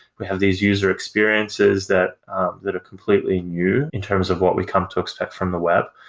we have these user experiences that that are completely new in terms of what we come to expect from the web.